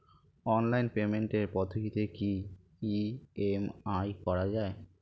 Online পেমেন্টের পদ্ধতিতে কি ই.এম.আই করা যায়?